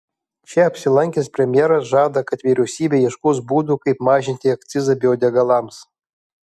čia apsilankęs premjeras žada kad vyriausybė ieškos būdų kaip mažinti akcizą biodegalams